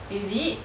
is it